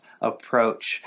approach